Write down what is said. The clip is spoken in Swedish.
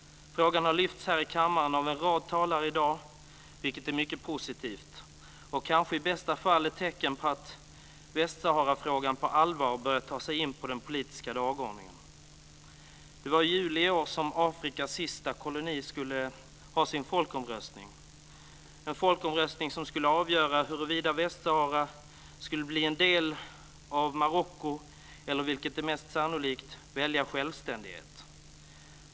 Frågan har lyfts här i kammaren av en rad talare i dag, vilket är mycket positivt och kanske i bästa fall ett tecken på att Västsaharafrågan på allvar börjar ta sig in på den politiska dagordningen. Det var i juli i år som Afrikas sista koloni skulle ha sin folkomröstning, en folkomröstning som skulle avgöra huruvida Västsahara skulle bli en del av Marocko eller, vilket är mest sannolikt, välja självständighet.